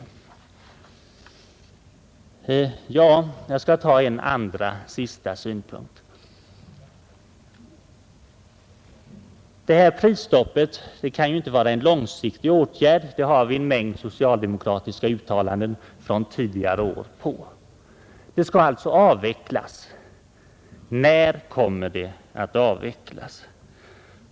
Låt mig framföra en annan synpunkt. Det här prisstoppet kan ju inte vara en långsiktig åtgärd, det pekar många socialdemokratiska uttalanden från tidigare år på. Det skall alltså avvecklas. När kommer det att avvecklas?